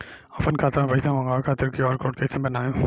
आपन खाता मे पैसा मँगबावे खातिर क्यू.आर कोड कैसे बनाएम?